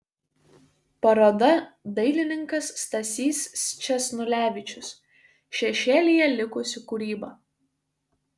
paroda dailininkas stasys sčesnulevičius šešėlyje likusi kūryba